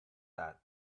that